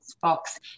Fox